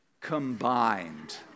combined